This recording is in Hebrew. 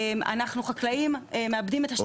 אנחנו החקלאים מעבדים את השטח שקיבלנו.